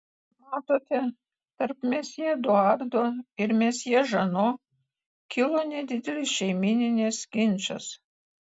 matote tarp mesjė eduardo ir mesjė žano kilo nedidelis šeimyninis ginčas